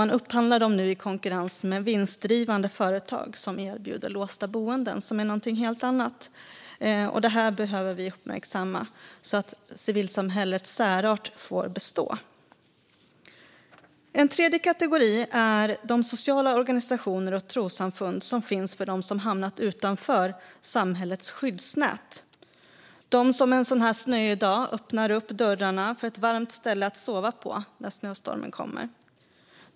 I upphandlingen är det konkurrens med vinstdrivande företag som erbjuder låsta boenden, som är någonting helt annat. Detta behöver vi uppmärksamma, så att civilsamhällets särart får bestå. En tredje kategori är de sociala organisationer och trossamfund som finns för dem som hamnat utanför samhällets skyddsnät. Det är de som en sådan här dag öppnar dörrarna till ett varmt ställe att sova på när snöstormen kommer.